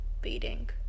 beating